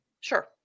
Sure